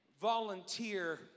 volunteer